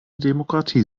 demokratie